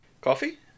Coffee